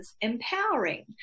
empowering